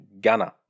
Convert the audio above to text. Gunner